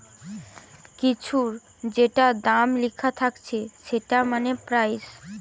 কিছুর যেটা দাম লিখা থাকছে সেটা মানে প্রাইস